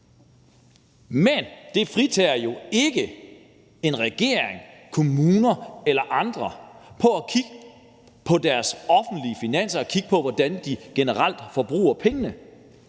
Men det fritager jo ikke en regering, en kommune eller andre for at kigge på deres offentlige finanser og kigge på, hvordan de generelt bruger pengene.